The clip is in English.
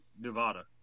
Nevada